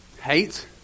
hate